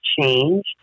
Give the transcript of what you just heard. changed